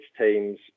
teams